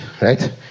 right